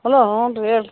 hello ಹ್ಞೂ ರೀ ಹೇಳಿ ರೀ